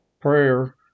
prayer